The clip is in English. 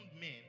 men